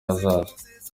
hazaza